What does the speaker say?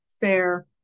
fair